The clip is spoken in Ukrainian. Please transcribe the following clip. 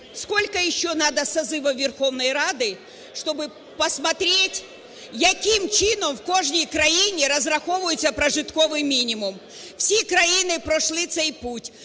Сколько еще надо созывов Верховной Рады, чтобы посмотреть, яким чином в кожній країні розраховується прожитковий мінімум. Всі країни пройшли цей путь.